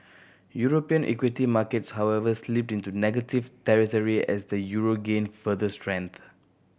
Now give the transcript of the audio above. European equity markets however slipped into negative territory as the euro gained further strength